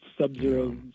sub-zero